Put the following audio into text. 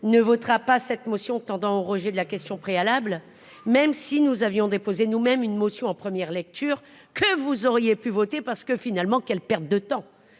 ne votera pas cette motion tendant au rejet de la question préalable, même si nous avions déposé nous-mêmes une motion en première lecture, que vous auriez pu voter parce que finalement, quelle perte de temps,